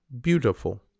beautiful